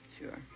Sure